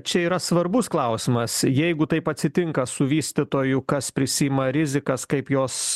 čia yra svarbus klausimas jeigu taip atsitinka su vystytoju kas prisiima rizikas kaip jos